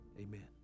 amen